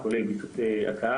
כולל בידוק הקהל,